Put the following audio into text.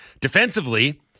defensively